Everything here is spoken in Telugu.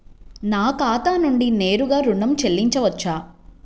నా ఖాతా నుండి నేరుగా ఋణం చెల్లించవచ్చా?